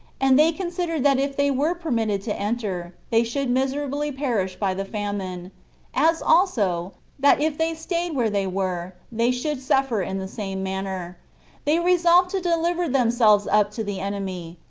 and they considered that if they were permitted to enter, they should miserably perish by the famine as also, that if they staid where they were, they should suffer in the same manner they resolved to deliver themselves up to the enemy,